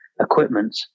equipment